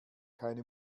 keine